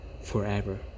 forever